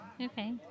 Okay